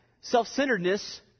self-centeredness